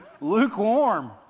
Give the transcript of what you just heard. lukewarm